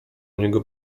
niego